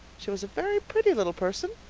she was a very pretty little person,